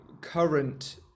current